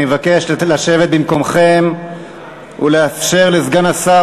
אני מבקש לשבת במקומות ולאפשר לסגן השר